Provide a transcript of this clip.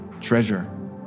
treasure